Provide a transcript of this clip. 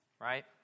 Right